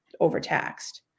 overtaxed